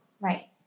Right